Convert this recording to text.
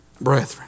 brethren